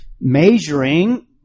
measuring